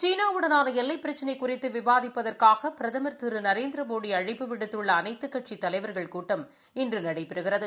சீனா வுடனான எல்லைப் பிரச்சினை குறித்து விவாதிப்பதற்காக பிரதமர் திரு நரேந்திரமோடி அழைப்பு விடுத்துள்ள அனைத்துக்கட்சித் தலைவர்கள் கூட்டம் இன்று நடைபெறுகிறது